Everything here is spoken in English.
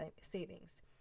savings